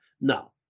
No